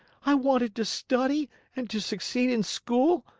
i wanted to study and to succeed in school,